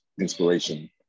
inspiration